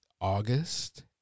August